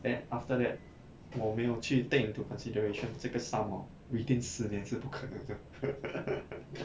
then after that 我没有去 take into consideration 这个 sum hor within 十年是不可能的